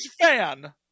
fan